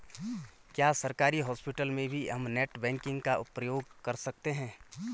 क्या सरकारी हॉस्पिटल में भी हम नेट बैंकिंग का प्रयोग कर सकते हैं?